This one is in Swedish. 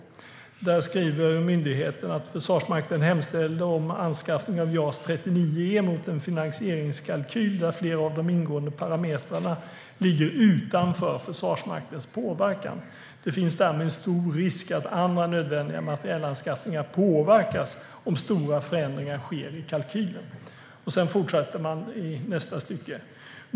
Där skriver myndigheten: "Försvarsmakten hemställde om anskaffningen av JAS 39E mot en finansieringskalkyl där flera av de ingående parametrarna ligger utanför Försvarsmaktens påverkan. Det finns därmed en stor risk att andra nödvändiga materielanskaffningar påverkas om stora förändringar sker i kalkylen.